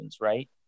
right